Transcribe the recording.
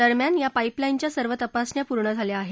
दरम्यान या पाईपलाईनच्या सर्व तपासण्या पूर्ण झाल्या आहेत